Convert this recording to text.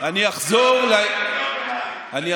אני אחזור לעניין.